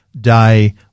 day